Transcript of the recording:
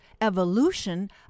evolution